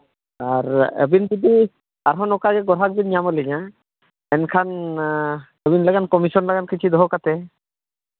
ᱟᱨ ᱟᱹᱵᱤᱱ ᱡᱩᱫᱤ ᱟᱨᱦᱚᱸ ᱱᱚᱝᱠᱟ ᱜᱮ ᱫᱚᱦᱲᱟ ᱵᱤᱱ ᱧᱟᱢ ᱟᱹᱞᱤᱧᱟ ᱮᱱᱠᱷᱟᱱ ᱟᱹᱞᱤᱧ ᱞᱮᱠᱟᱱ ᱠᱚᱢᱤᱥᱚᱱ ᱞᱮᱠᱟᱱ ᱠᱤᱪᱷᱩ ᱫᱚᱦᱚ ᱠᱟᱛᱮᱫ